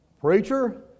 Preacher